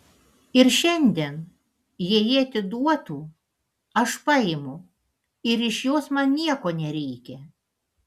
ir šiandien jei ji atiduotų aš paimu ir iš jos man nieko nereikia